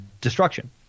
destruction